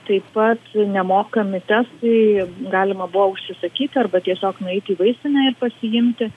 taip pat nemokami testai galima buvo užsisakyti arba tiesiog nueiti į vaistinę ir pasiimti